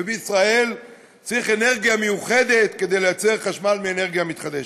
ובישראל צריך אנרגיה מיוחדת כדי לייצר חשמל מאנרגיה מתחדשת.